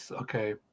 okay